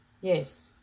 yes